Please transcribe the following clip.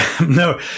No